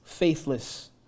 faithless